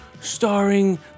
starring